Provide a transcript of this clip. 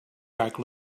back